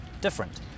different